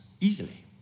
easily